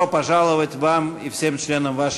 (אומר דברים בשפה הרוסית)